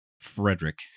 frederick